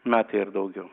metai ar daugiau